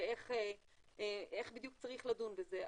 ואיך בדיוק צריך לדון בזה,